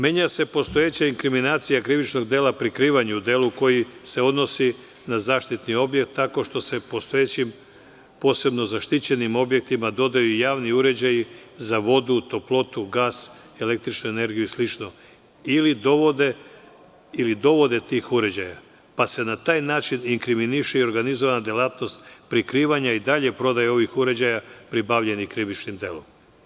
Menja se postojeća inkriminacija krivičnog dela prikrivanja u delu koji se odnosi na zaštitni objekat, tako što se postojećim posebnom zaštićenim objektima dodaju i javni uređaji za vodu, toplotu, gas, električnu energiju i sl, ili dovode tih uređaja, pa se na taj način inkriminiše i organizovana delatnost prikrivanja i dalje prodaje ovih uređaja pribavljenih krivičnim delom.